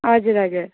हजुर हजुर